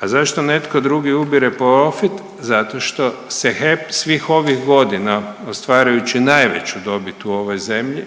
A zašto netko drugi ubire profit? Zato što se HEP svih ovih godina ostvarujući najveću dobit u ovoj zemlji